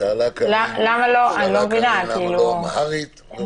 שאלה קארין למה לא אמהרית ורוסית.